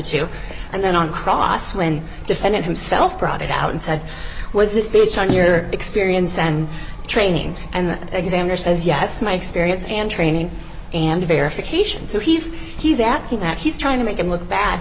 and then on cross when defendant himself brought it out and said was this based on your experience and training and the examiner says yes my experience and training and verification so he's he's asking that he's trying to make him look bad